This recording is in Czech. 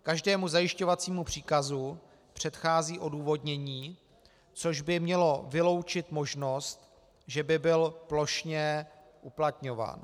Každému zajišťovacímu příkazu předchází odůvodnění, což by mělo vyloučit možnost, že by byl plošně uplatňován.